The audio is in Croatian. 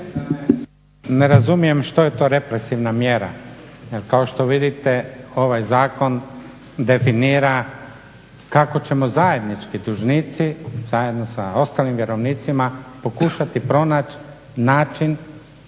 Ne razumijem što je to represivna mjera? Jer kao što vidite ovaj zakon definira kako ćemo zajednički dužnici, zajedno sa ostalim vjerovnicima pokušati pronaći način